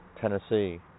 Tennessee